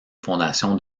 fondation